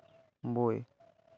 ᱵᱳᱭ